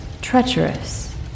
treacherous